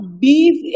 beef